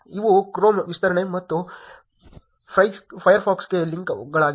ಇವು ಕ್ರೋಮ್ ವಿಸ್ತರಣೆ ಮತ್ತು ಫೈರ್ಫಾಕ್ಸ್ಗೆ ಲಿಂಕ್ಗಳಾಗಿವೆ